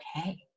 okay